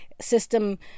system